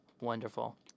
Wonderful